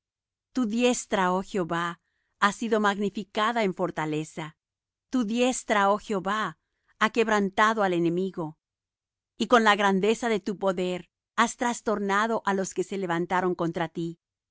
tu diestra oh jehová ha sido magnificada en fortaleza tu diestra oh jehová ha quebrantado al enemigo y con la grandeza de tu poder has trastornado á los que se levantaron contra ti